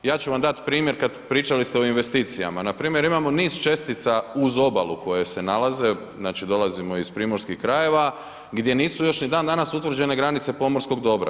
Ja ću vam dati primjer kad, pričali ste o investicijama, npr. imamo niz čestica uz obalu koje se nalaze, znači dolazimo iz primorskih krajeva gdje nisu još ni dan danas utvrđene granice pomorskog dobra.